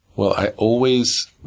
well, i always